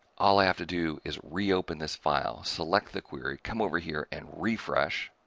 all i have to do is reopen this file, select the query, come over here and refresh,